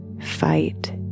fight